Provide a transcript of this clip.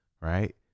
right